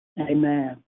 Amen